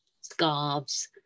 scarves